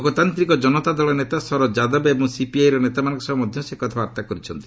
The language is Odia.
ଲୋକତାନ୍ତିକ ଜନତା ଦଳ ନେତା ଶରଦ୍ ଯାଦବ ଏବଂ ସିପିଆଇର ନେତାମାନଙ୍କ ସହ ମଧ୍ୟ ସେ କଥାବାର୍ତ୍ତା କରିଛନ୍ତି